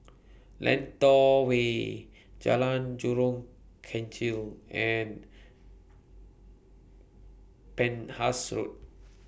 Lentor Way Jalan Jurong Kechil and Penhas Road